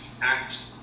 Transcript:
act